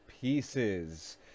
pieces